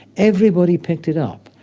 everybody picked it up,